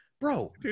Bro